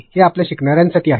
हे आपल्या शिकणार्यासाठी आहे